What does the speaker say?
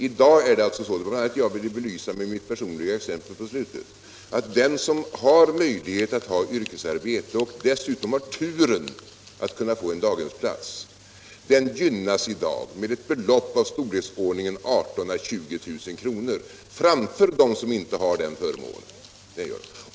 I dag är det så — det var bl.a. det jag ville belysa med mitt personliga exempel i slutet av anförandet — att den som har möjlighet att ha yrkesarbete och dessutom har turen att få en daghemsplats i dag gynnas med ett belopp i storleksordningen 18 000-20 000 kr. framför dem som inte har den förmånen.